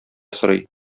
сорый